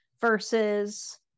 versus